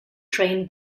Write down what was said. train